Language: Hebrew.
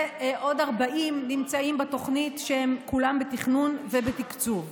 ועוד 40 נמצאים בתוכנית, והם כולם בתכנון ובתקצוב.